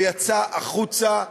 שיצאה החוצה,